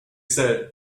said